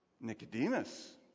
nicodemus